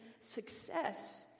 success